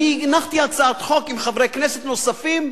הנחתי הצעת חוק, עם חברי כנסת נוספים,